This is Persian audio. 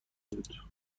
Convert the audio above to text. بود